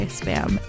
spam